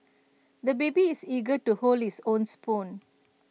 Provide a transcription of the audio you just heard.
the baby is eager to hold his own spoon